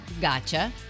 Gotcha